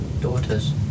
daughters